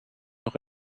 noch